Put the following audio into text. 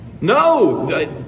No